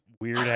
weird